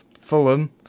Fulham